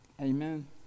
Amen